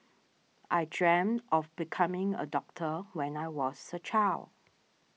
I dreamt of becoming a doctor when I was a child